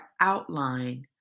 outline